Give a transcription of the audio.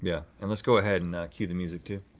yeah and let's go ahead and cue the music too.